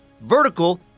vertical